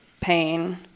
pain